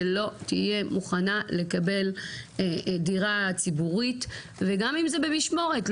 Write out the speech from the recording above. שלא תהיה מוכנה לקבל דירה ציבורית וגם אם זה במשמורת.